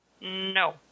No